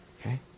okay